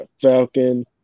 Falcon